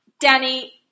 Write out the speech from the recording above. Danny